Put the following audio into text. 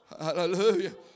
hallelujah